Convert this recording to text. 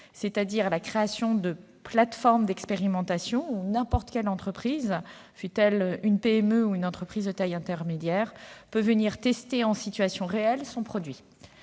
c'est-à-dire à la création de plateformes d'expérimentations où n'importe quelle entreprise, fût-elle une PME ou une entreprise de taille intermédiaire, peut venir tester son produit